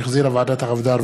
שהחזירה ועדת העבודה,